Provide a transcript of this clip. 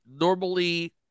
normally